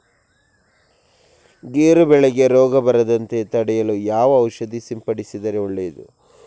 ಗೇರು ಬೆಳೆಗೆ ರೋಗ ಬರದಂತೆ ತಡೆಯಲು ಯಾವ ಔಷಧಿ ಸಿಂಪಡಿಸಿದರೆ ಒಳ್ಳೆಯದು?